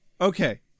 okay